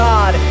God